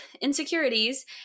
insecurities